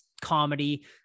comedy